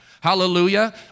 Hallelujah